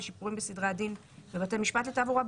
בשיפורים בסדרי הדין בבתי משפט לתעבורה,